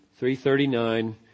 339